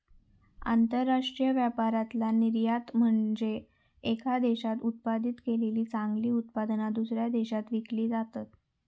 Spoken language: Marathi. आंतरराष्ट्रीय व्यापारातला निर्यात म्हनजे येका देशात उत्पादित केलेली चांगली उत्पादना, दुसऱ्या देशात विकली जातत